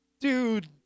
dude